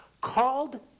called